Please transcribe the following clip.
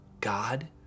God